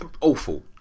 Awful